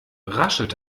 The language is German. raschelt